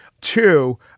Two